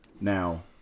Now